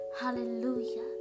Hallelujah